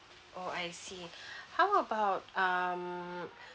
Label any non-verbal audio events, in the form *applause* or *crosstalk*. oh I see *breath* how about um